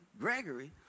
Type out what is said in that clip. Gregory